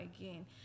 again